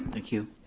thank you.